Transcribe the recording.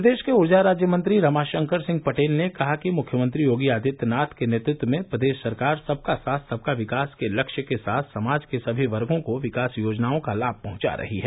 प्रदेश के ऊर्जा राज्य मंत्री रमाशंकर सिंह पटेल ने कहा कि मुख्यमंत्री योगी आदित्यनाथ के नेतृत्व में प्रदेश सरकार सबका साथ सबका विकास के लक्ष्य के साथ समाज के सभी वर्गों को विकास योजनाओं का लाभ पहुंचा रही है